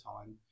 time